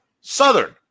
Southern